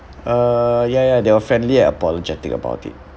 uh ya ya there were friendly and apologetic about it